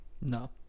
No